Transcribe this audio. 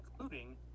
including